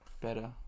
better